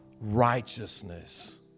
righteousness